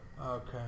Okay